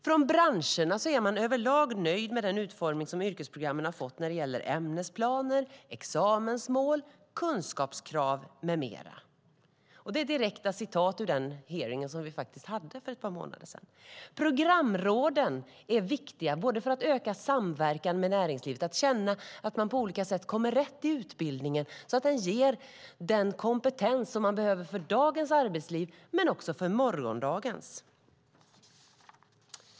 Från branscherna är man över lag nöjd med den utformning som yrkesprogrammen har fått när det gäller ämnesplaner, examensmål, kunskapskrav med mera. Det är direkt taget ur den hearing som vi faktiskt hade för ett par månader sedan. Programråden är viktiga, både för att öka samverkan med näringslivet och för att känna att man på olika sätt kommer rätt i utbildningen så att den ger den kompetens som man behöver för dagens arbetsliv, men också för morgondagens.